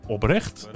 Oprecht